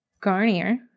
Garnier